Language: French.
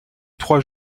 trois